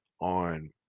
on